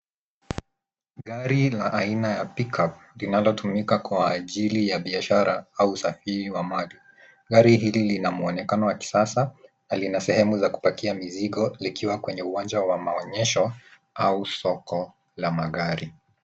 Gari la aina ya pickup linalotumika kwa ajili ya biashara au usafiri wa mali. Gari hili lina mwonekano wa kisasa na lina sehemu za kupakia mizigo likiwa kwenye uwanja wa maonyesho au soko la magari.